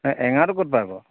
এঙাৰটো ক'ত পাৰ